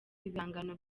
ibihangano